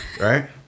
Right